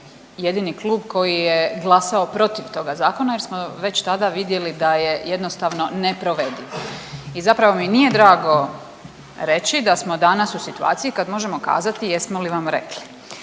jedini klub koji je glasao protiv toga zakona jer smo već tada vidjeli da je jednostavno neprovediv i zapravo mi nije drago reći da smo danas u situaciji kad možemo kazati „jesmo li vam rekli“.